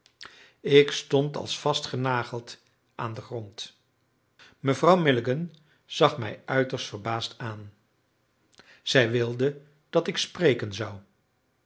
ik stond als vastgenageld aan den grond mevrouw milligan zag mij uiterst verbaasd aan zij wilde dat ik spreken zou